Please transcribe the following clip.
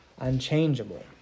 unchangeable